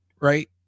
right